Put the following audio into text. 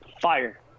fire